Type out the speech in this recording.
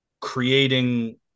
creating